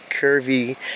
curvy